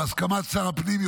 בהסכמת שר הפנים,